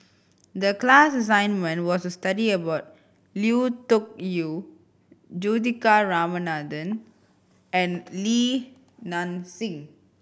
the class assignment was to study about Lui Tuck Yew Juthika Ramanathan and Li Nanxing